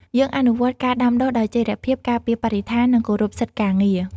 យើងអនុវត្តការដាំដុះដោយចីរភាព ការពារបរិស្ថាន និងគោរពសិទ្ធិការងារ។